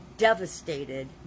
devastated